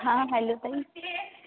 हां हॅलो ताई